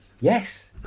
Yes